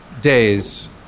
days